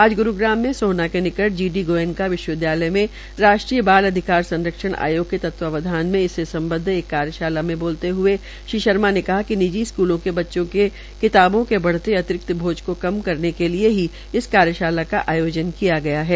आज ग्रूग्राम में सोहना के निकट जी डी गायेन का विश्वविदयालय में राष्ट्रीय बाल अधिकार संरक्षण आयोग के तत्वाधान मे इससे सम्बध एक कार्यशाला में बोलते हए श्री शर्मा ने कहा कि निजी स्कूलों को बच्चों के किताबों के बढ़ते अतिरिक्त बोझ को कम करने के लिए ही इस कार्यशाला का आयोजन किया गया है